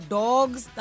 dogs